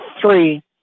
three